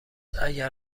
اگر